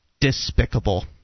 despicable